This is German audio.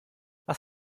was